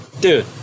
dude